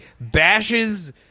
bashes